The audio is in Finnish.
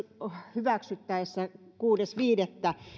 hyväksymisestä kuudes viidettä